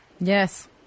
Yes